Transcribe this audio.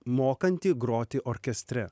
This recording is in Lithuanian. mokanti groti orkestre